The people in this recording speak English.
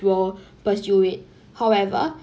will pursue it however